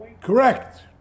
Correct